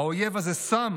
האויב הזה שם